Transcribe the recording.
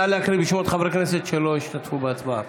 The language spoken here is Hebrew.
נא להקריא את שמות חברי הכנסת שלא השתתפו בהצבעה.